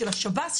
של השב”ס,